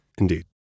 Indeed